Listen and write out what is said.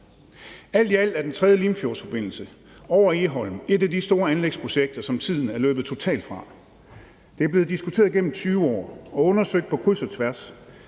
Alt i alt er den tredje Limfjordsforbindelse over Egholm et af de store anlægsprojekter, som tiden totalt er løbet fra. Det er blevet diskuteret igennem 20 år, og det er blevet undersøgt på kryds og tværs,